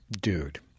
dude